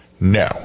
No